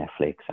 Netflix